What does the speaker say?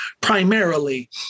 primarily